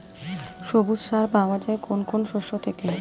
সবুজ সার পাওয়া যায় কোন কোন শস্য থেকে?